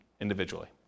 individually